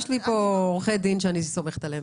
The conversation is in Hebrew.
לא, יש לי פה עורכי דין שאני סומכת עליהם.